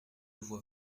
vois